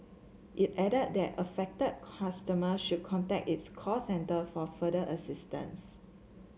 it added that affected customers should contact its call centre for further assistance